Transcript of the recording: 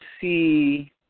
see